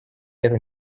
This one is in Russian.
это